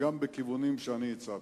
וגם בכיוונים שאני הצעתי.